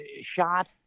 shot